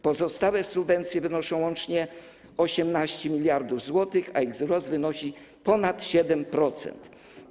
Pozostałe subwencje wynoszą łącznie 18 mld zł, a ich wzrost wynosi ponad 7%.